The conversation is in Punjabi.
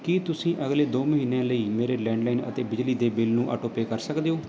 ਕੀ ਤੁਸੀਂਂ ਅਗਲੇ ਦੋ ਮਹੀਨਿਆਂ ਲਈ ਮੇਰੇ ਲੈਂਡਲਾਈਨ ਅਤੇ ਬਿਜਲੀ ਦੇ ਬਿੱਲ ਨੂੰ ਆਟੋਪੇ ਕਰ ਸਕਦੇ ਹੋ